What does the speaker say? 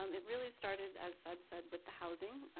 um it really started, as i've said, with the housing.